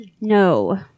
No